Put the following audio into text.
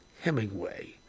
Hemingway